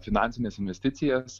finansines investicijas